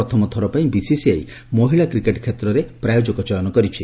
ପ୍ରଥମ ଥର ପାଇଁ ବିସିସିଆଇ ମହିଳା କ୍ରିକେଟ୍ କ୍ଷେତ୍ରରେ ପ୍ରାୟୋଜକ ଚୟନ କରିଛି